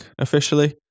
officially